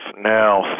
now